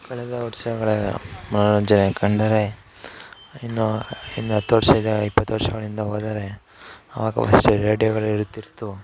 ಕಳೆದ ವರ್ಷಗಳ ಮನೋರಂಜನೆ ಕಂಡರೆ ಇನ್ನು ಇನ್ನು ಹತ್ತು ವರ್ಷದ ಇಪ್ಪತ್ತು ವರ್ಷಗಳ ಹಿಂದೆ ಹೋದರೆ ಆವಾಗ ರೇಡಿಯೋಗಳು ಇರುತ್ತಿತ್ತು